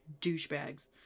douchebags